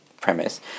premise